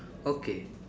okay